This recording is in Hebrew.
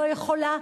לא יכולה,